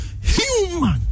human